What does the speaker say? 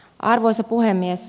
arvoisa puhemies